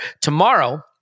tomorrow